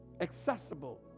accessible